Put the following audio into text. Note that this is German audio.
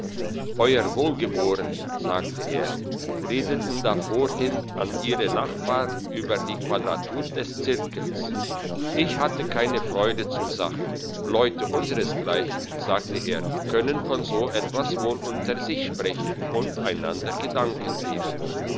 euer wohlgeboren sagte er redeten da vorhin an ihre nachbarn über die quadratur des zirkels ich hatte keine freude zur sache leute unsersgleichen sagte er können von so etwas wohl unter sich sprechen und einander gedanken geben